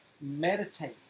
meditate